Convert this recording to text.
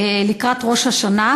לקראת ראש השנה,